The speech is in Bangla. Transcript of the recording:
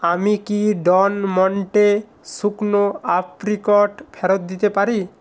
আমি কি ডন মন্টে শুকনো আপ্রিকট ফেরত দিতে পারি